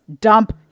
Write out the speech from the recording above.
dump